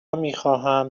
میخواهم